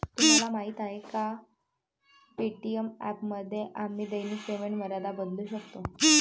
तुम्हाला माहीत आहे का पे.टी.एम ॲपमध्ये आम्ही दैनिक पेमेंट मर्यादा बदलू शकतो?